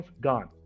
gone